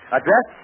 Address